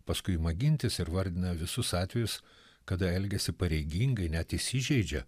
paskui ima gintis ir vardina visus atvejus kada elgiasi pareigingai net įsižeidžia